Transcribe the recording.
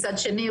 ומצד שני,